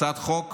הצעת חוק